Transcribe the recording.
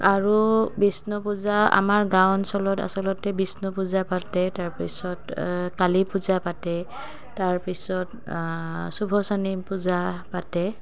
আৰু বিষ্ণু পূজা আমাৰ গাঁও অঞ্চলত আচলতে বিষ্ণু পূজা পাতে তাৰ পিছত কালী পূজা পাতে তাৰ পিছত পূজা পাতে